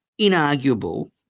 inarguable